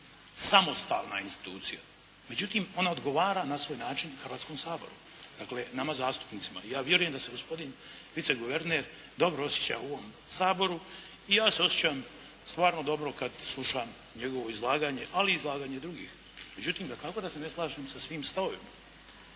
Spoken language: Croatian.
samostalna institucija. Međutim ona odgovara na svoj način Hrvatskom saboru, dakle nama zastupnicima. I ja vjerujem da se gospodin viceguverner dobro osjeća u ovom Saboru i ja se osjećam stvarno dobro kada slušam njegovo izlaganje, ali i izlaganje drugih, međutim dakako da se ne slažem sa svim stavovima.